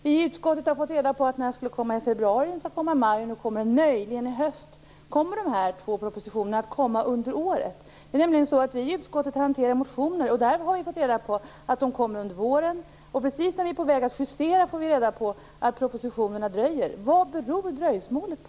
Vi i utskottet har fått reda på att den skulle komma i februari, sedan skulle den komma i maj och nu kommer den möjligen i höst. Kommer de här två propositionerna att komma under året? Det är nämligen så att vi i utskottet hanterar motioner. Där hade vi fått reda på att de skulle komma under våren, och precis när vi är på väg att justera får vi veta att propositionerna dröjer. Vad beror dröjsmålet på?